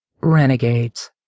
Renegades